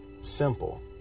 simple